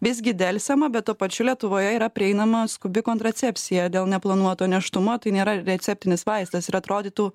visgi delsiama bet tuo pačiu lietuvoje yra prieinama skubi kontracepcija dėl neplanuoto nėštumo tai nėra receptinis vaistas ir atrodytų